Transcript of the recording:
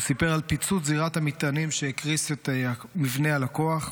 הוא סיפר על פיצוץ זירת המטענים שהקריס את המבנה על הכוח.